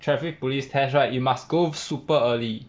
traffic police test right you must go super early